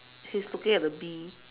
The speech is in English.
he's looking at the bee